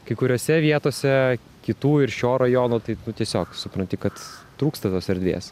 kai kuriose vietose kitų ir šio rajono tai tiesiog supranti kad trūksta tos erdvės